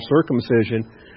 circumcision